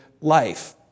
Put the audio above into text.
life